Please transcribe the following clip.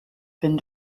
been